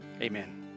amen